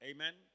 Amen